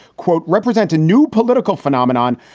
quote, represent a new political phenomenon,